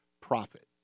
profit